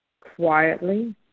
quietly